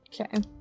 Okay